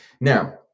now